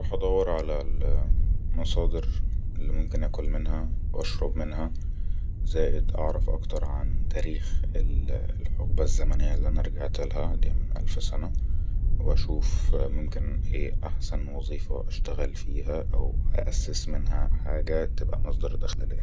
هروح اضور علي المصادر الممكن اكل منها واشرب منها زائد اعرف اكتر عن تاريخ الحقبة الزمنية اللي انا رجعت لها لها من الف سنة واشوف ممكن ايه احسن وظيفة اشتغل فيها او اأسس منها حاجة تبقى مصدر داخلها